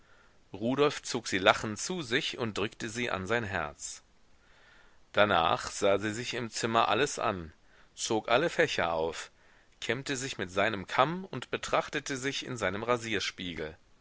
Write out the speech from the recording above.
rudolf zog sie lachend zu sich und drückte sie an sein herz darnach sah sie sich im zimmer alles an zog alle fächer auf kämmte sich mit seinem kamm und betrachtete sich in seinem